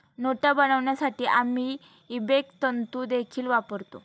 नोटा बनवण्यासाठी आम्ही इबेक तंतु देखील वापरतो